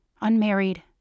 unmarried